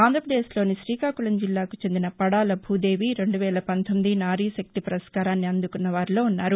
ఆంధ్రప్రదేశ్లోని శ్రీకాకుళం జిల్లాకు చెందిన పడాల భూదేవి నారీ శక్తి పురస్కారాన్ని అందుకున్న వారిలో ఉన్నారు